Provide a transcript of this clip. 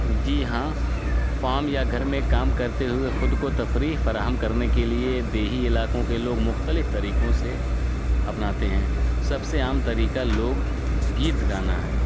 جی ہاں فام یا گھر میں کام کرتے ہوئے خود کو تفریح فراہم کرنے کے لیے دیہی علاقوں کے لوگ مختلف طریقوں سے اپناتے ہیں سب سے عام طریقہ لوک گیت گانا ہے